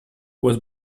was